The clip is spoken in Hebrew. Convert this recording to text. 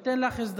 אתן לך הזדמנות.